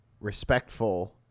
respectful